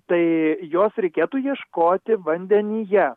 tai jos reikėtų ieškoti vandenyje